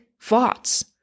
thoughts